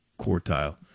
quartile